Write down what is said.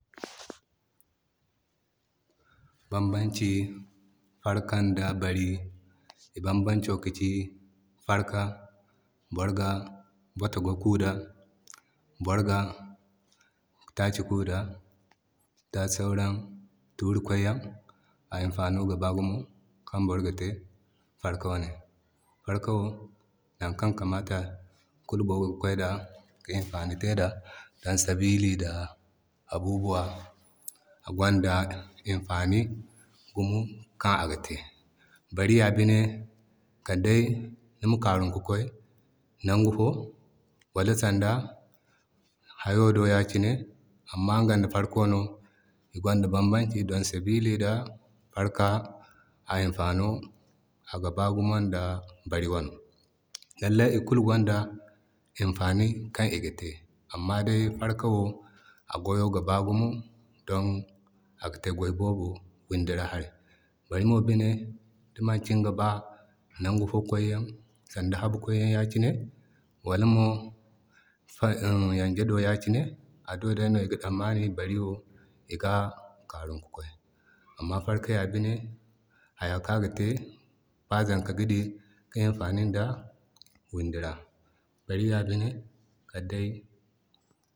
Banbanci Farkan ŋga da Bari. I bambanco ka ci farka wo boro ga botogo ku da. Boro ga taasi ku da, tuuri kuu yaŋ. A amfano ga baa gumo kaŋ boro ga te farka wane. Farka wo nakaŋ himanda kulu boro ga kwanda ki imfani te da, zama sabili da abubuwa agwanda imfani gumo kaŋ aga te. Bari ya bin de kal dai ma kaarum kikoy naŋgu fo wal sanda hayo do yaki ne. Amma ŋga da farka wo gwanda bambanci don sabili da farka a imfano ga baa gumon da bari wano. Lallai ikulu gwanda imfani kan iga te. Amma farka wo goyo ga baa kan iga te da wundi ra haray, walamo dinga ba noŋgu fo koy yan danga habu koy yan yaki ne walamo yanje do yaki ne iŋga karum ki koy ya ki ne. Amma farka ya harkan aga te ba zaŋka ga karum wundi ra, bari ya binde kal.